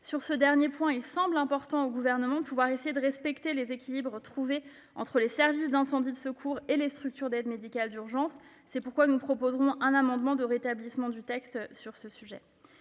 Sur ce dernier point, il semble important au Gouvernement de respecter les équilibres trouvés entre les services d'incendie et de secours et les structures d'aide médicale d'urgence. C'est pourquoi le Gouvernement proposera un amendement de rétablissement du texte de